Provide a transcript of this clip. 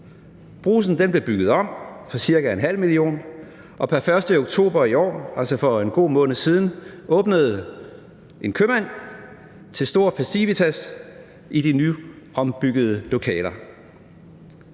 Brugsen blev bygget om for ca. 0,5 mio. kr., og pr. 1. oktober i år, altså for en god måned siden, åbnede en købmand til stor festivitas i de nyombyggede lokaler.